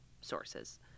sources